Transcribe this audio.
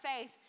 faith